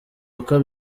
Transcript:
kuko